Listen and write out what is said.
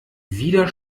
wieder